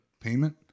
payment